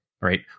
right